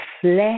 flesh